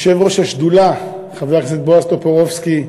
יושב-ראש השדולה חבר הכנסת בועז טופורובסקי,